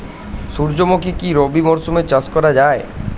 সুর্যমুখী কি রবি মরশুমে চাষ করা যায়?